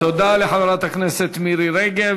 תודה רבה לחברת הכנסת מירי רגב.